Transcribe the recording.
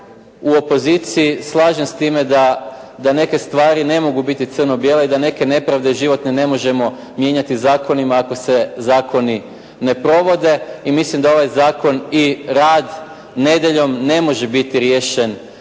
u opoziciji slažem s time da neke stvari ne mogu biti crno-bijele i da neke nepravde životne ne možemo mijenjati zakonima, ako se zakoni ne provode. I mislim da ovaj zakon i rad nedjeljom ne može biti riješen